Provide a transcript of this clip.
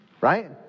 Right